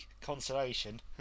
consolation